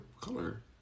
color